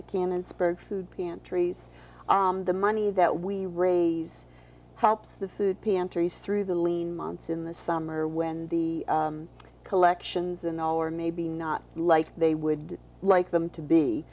spoke food pantries the money that we raised helps the food pantries through the lean months in the summer when the collections and all or maybe not like they would like them to be